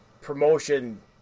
promotion